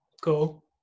cool